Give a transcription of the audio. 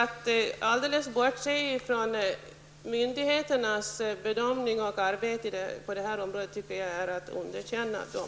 Att helt bortse från myndigheternas bedömningar och arbete på detta område, tycker jag är att underkänna dem.